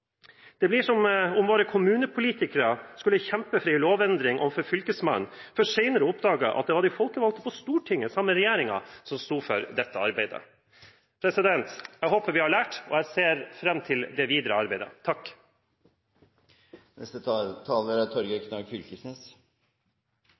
Det blir som om våre kommunepolitikere skulle kjempe for en lovendring overfor Fylkesmannen, for senere å oppdage at det var de folkevalgte på Stortinget, sammen med regjeringen, som sto for dette arbeidet. Jeg håper vi har lært, og jeg ser fram til det videre arbeidet.